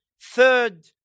Third